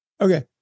Okay